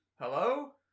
hello